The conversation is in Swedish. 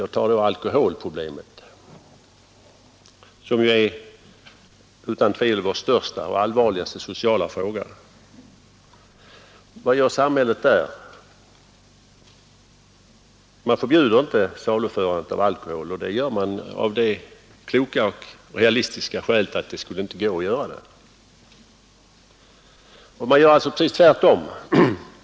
Jag tar då alkoholmissbruket, som utan tvivel är vår största och allvarligaste sociala fråga. Vad gör samhället där? Man förbjuder inte saluförandet av alkohol — av det kloka och realistiska skälet att det inte skulle gå! Man gör alltså precis tvärtom i det fallet.